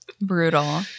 Brutal